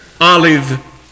olive